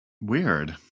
Weird